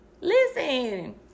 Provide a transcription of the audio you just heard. listen